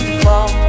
fall